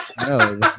No